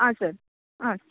आ sir आ